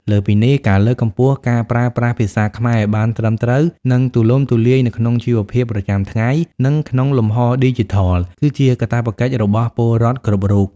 លើសពីនេះ ការលើកកម្ពស់ការប្រើប្រាស់ភាសាខ្មែរឱ្យបានត្រឹមត្រូវ និងទូលំទូលាយនៅក្នុងជីវភាពប្រចាំថ្ងៃ និងក្នុងលំហឌីជីថល គឺជាកាតព្វកិច្ចរបស់ពលរដ្ឋគ្រប់រូប។